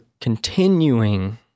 continuing